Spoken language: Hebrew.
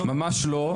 ממש לא,